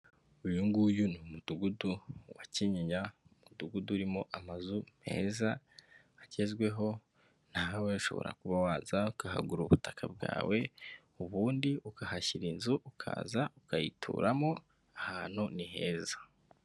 Uyu nguyu ni Umudugudu wa Kinyinya, Umudugudu urimo amazu meza agezweho, na we ushobora kuba waza ukahagura ubutaka bwawe ubundi ukahashyira inzu, ukaza ukayituramo, aha hantu ni heza.